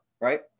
right